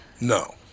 no